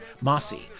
Mossy